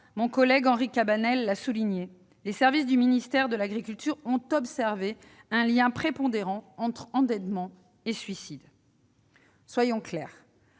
mon collègue Henri Cabanel l'a souligné, les services du ministère de l'agriculture ont observé un lien prépondérant entre endettement et suicide. Soyons clairs,